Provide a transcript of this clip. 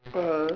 (uh huh)